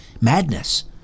madness